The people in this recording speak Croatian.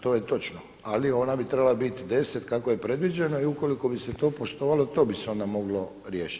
To je točno, ali ona bi trebala biti 10 kako je predviđeno i ukoliko bi se to poštovalo to bi se onda moglo riješiti.